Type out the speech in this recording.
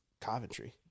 Coventry